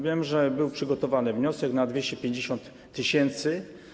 Wiem, że był przygotowany wniosek na 250 tys.